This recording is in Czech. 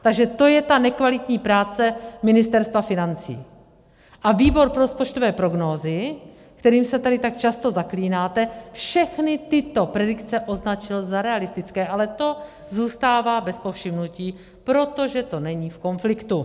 Takže to je ta nekvalitní práce Ministerstva financí, a Výbor pro rozpočtové prognózy, kterým se tady tak často zaklínáte, všechny tyto predikce označil za realistické, ale to zůstává bez povšimnutí, protože to není v konfliktu.